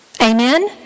Amen